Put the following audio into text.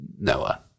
Noah